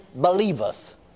believeth